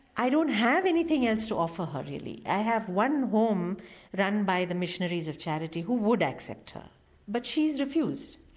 i don't have anything else to offer her really, i have one home run by the missionaries of charity who would accept her but she's refused.